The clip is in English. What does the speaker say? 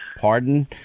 pardon